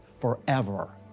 forever